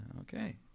Okay